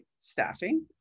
staffing